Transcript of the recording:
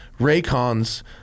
Raycon's